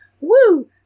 Woo